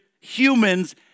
humans